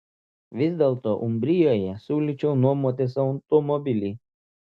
vis dėlto umbrijoje siūlyčiau nuomotis automobilį